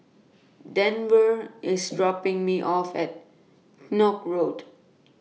Denver IS dropping Me off At Koek Road